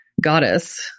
goddess